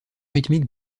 rythmique